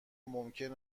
ممکن